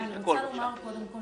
היא אמרה מה שהיא אמרה.